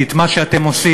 כי את מה שאתם עושים,